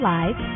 Live